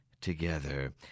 together